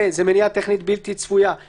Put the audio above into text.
וזה מניעה טכנית בלתי צפויה,